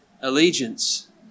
allegiance